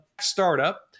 startup